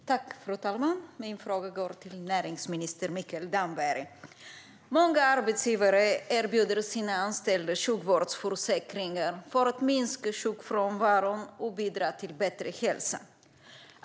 Fru talman! Min fråga går till näringsminister Mikael Damberg. Många arbetsgivare erbjuder sina anställda sjukvårdsförsäkringar för att minska sjukfrånvaron och bidra till bättre hälsa.